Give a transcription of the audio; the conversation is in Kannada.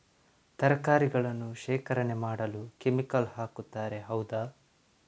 ತರಕಾರಿಗಳನ್ನು ಶೇಖರಣೆ ಮಾಡಲು ಕೆಮಿಕಲ್ ಹಾಕುತಾರೆ ಹೌದ?